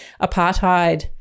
apartheid